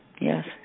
Yes